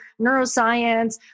neuroscience